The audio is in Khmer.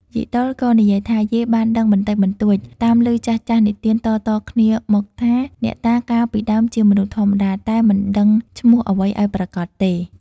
យាយដុលក៏និយាយថា យាយបានដឹងបន្តិចបន្តួច តាមឮចាស់ៗនិទានតៗមកថា អ្នកតាកាលពីដើមជាមនុស្សធម្មតា តែមិនដឹងឈ្មោះអ្វីឲ្យប្រាកដទេ។